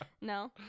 No